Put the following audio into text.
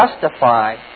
justify